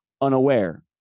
unaware